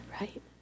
right